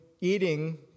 eating